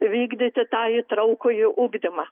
vykdyti tą įtraukųjį ugdymą